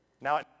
Now